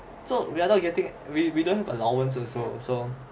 so we're not getting we we don't allowance also so